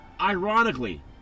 ironically